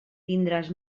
tindràs